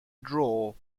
draw